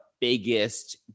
biggest